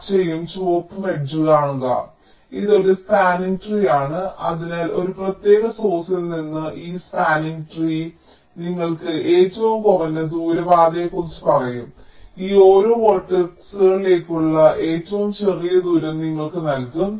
പച്ചയും ചുവപ്പും എഡ്ജുകൾ കാണുക ഇത് ഒരു സ്പാനിങ് ട്രീ ആണ് അതിനാൽ ഒരു പ്രത്യേക സോഴ്സ്ൽ നിന്ന് ഈ സ്പാനിങ് ട്രീ നിങ്ങൾക്ക് ഏറ്റവും കുറഞ്ഞ ദൂര പാതയെക്കുറിച്ച് പറയും ഈ ഓരോ വേർട്ടക്സുകളിലേക്കുള്ള ഏറ്റവും ചെറിയ ദൂരം നിങ്ങൾക്ക് നൽകും